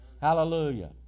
Hallelujah